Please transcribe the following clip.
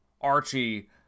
archie